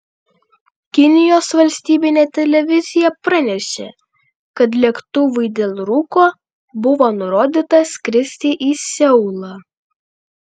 kinijos valstybinė televizija pranešė kad lėktuvui dėl rūko buvo nurodyta skristi į seulą